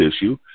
issue